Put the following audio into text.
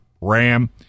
ram